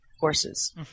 horses